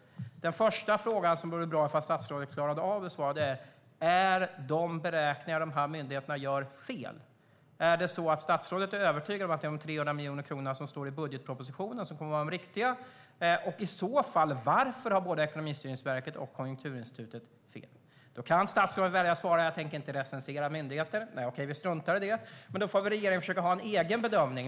För den första frågan vore det bra om statsrådet kan svara på om beräkningarna som dessa myndigheter gör är fel. Är statsrådet övertygad om att de 300 miljoner kronorna i budgetpropositionen är riktiga? Varför har i så fall både Ekonomistyrningsverket och Konjunkturinstitutet fel? Statsrådet kan välja att svara att hon inte tänker recensera myndigheter. Okej, vi struntar i det. Då får väl regeringen försöka göra en egen bedömning.